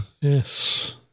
Yes